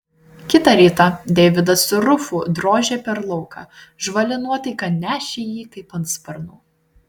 kitą rytą deividas su rufu drožė per lauką žvali nuotaika nešė jį kaip ant sparnų